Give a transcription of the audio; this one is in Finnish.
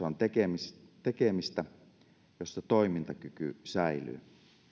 on tekemistä tekemistä jossa toimintakyky säilyy